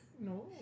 No